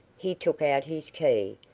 he took out his key,